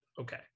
Okay